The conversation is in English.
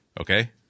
Okay